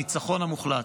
הניצחון המוחלט.